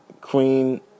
Queen